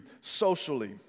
socially